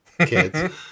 kids